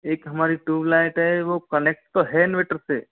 एक हमारी tube light है वह कनेक्ट तो है इन्वर्टर से